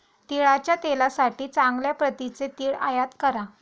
तिळाच्या तेलासाठी चांगल्या प्रतीचे तीळ आयात करा